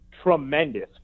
tremendous